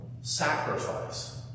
Sacrifice